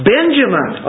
Benjamin